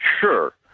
Sure